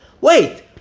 Wait